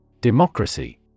Democracy